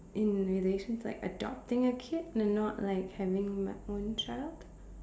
in relations like adopting a kid and not like having my own child